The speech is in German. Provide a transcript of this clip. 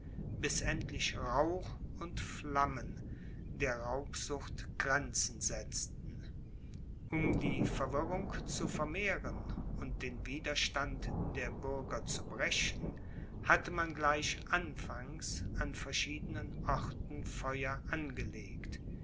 bis endlich rauch und flammen der raubsucht grenzen setzten um die verwirrung zu vermehren und den widerstand der bürger zu brechen hatte man gleich anfangs an verschiedenen orten feuer angelegt